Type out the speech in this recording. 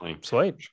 sweet